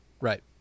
Right